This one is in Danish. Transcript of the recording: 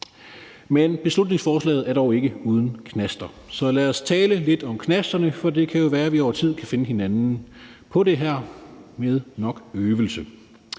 Men beslutningsforslaget er dog ikke uden knaster, så lad os tale lidt om knasterne, for det kan jo være, at vi over tid og med nok øvelse